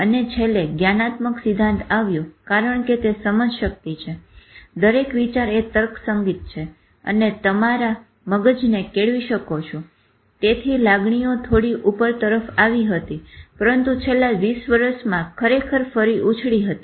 અને છેલ્લે જ્ઞાનાત્મક સિદ્ધાંત આવ્યો કારણ કે તે સમજશક્તિ છે દરેક વિચારએ તર્કસંગીત છે અને તમે તમારા મગજને કેળવી શકો છો તેથી લાગણીઓ થોડીક ઉપર તરફ આવી હતી પરંતુ છેલ્લા 20 વર્ષમાં ખરેખર ફરી ઉછળી હતી